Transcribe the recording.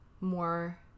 more